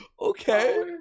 Okay